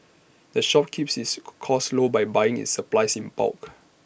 the shop keeps its costs low by buying its supplies in bulk